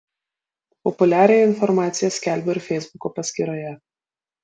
populiariąją informaciją skelbiu ir feisbuko paskyroje